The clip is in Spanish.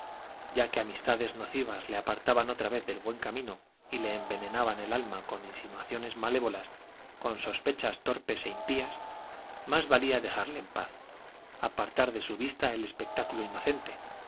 ya que amistades nocivas le apartaban otra vez del buen camino y le envenenaban el alma con insinuaciones malévolas con sospechas torpes e impías más valía dejarle en paz apartar de su vista el espectáculo inocente